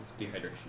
Dehydration